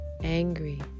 angry